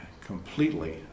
completely